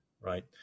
right